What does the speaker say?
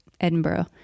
Edinburgh